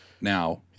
Now